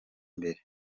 imbere